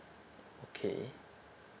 okay